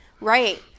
Right